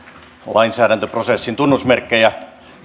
lainsäädäntöprosessin tunnusmerkkejä